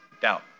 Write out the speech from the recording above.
doubt